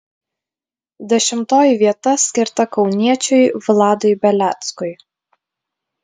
dešimtoji vieta skirta kauniečiui vladui beleckui